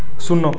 শূন্য